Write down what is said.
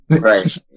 Right